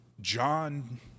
John